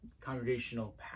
congregational